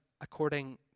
according